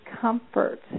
comfort